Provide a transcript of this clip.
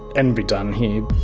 and be done here'.